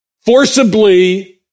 forcibly